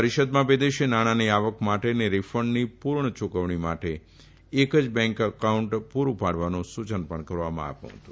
પરીષદમાં વિદેશી નાણાંની આવક માટે અને રીફંડની પુર્ણ યુકવણી માટે એક જ બેંક એકાઉન્ટ પુરૂ પાડવાનું સુચન પણ કરવામાં આવ્યું હતું